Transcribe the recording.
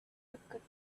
occurred